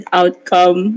outcome